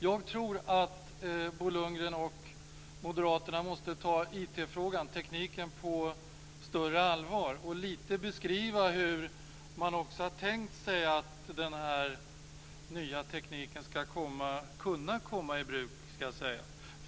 Jag tror att Bo Lundgren och Moderaterna måste ta IT-frågan på större allvar och beskriva hur man har tänkt sig att den nya tekniken ska kunna komma i bruk.